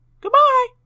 Goodbye